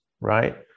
right